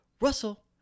Russell